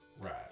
Right